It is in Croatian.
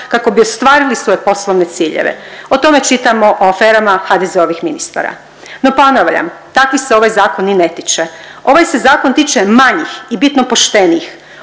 kako bi ostvarili svoje poslovne ciljeve. O tome čitamo, o aferama HDZ-ovih ministara. No, ponavljam takvih se ovaj zakon ni ne tiče. Ovaj se zakon tiče manjih i bitno poštenijih.